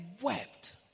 Wept